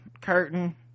curtain